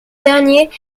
dernier